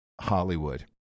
Hollywood